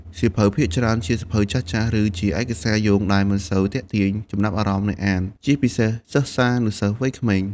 សៀវភៅភាគច្រើនជាសៀវភៅចាស់ៗ ឬជាឯកសារយោងដែលមិនសូវទាក់ទាញចំណាប់អារម្មណ៍អ្នកអាន ជាពិសេសសិស្សានុសិស្សវ័យក្មេង។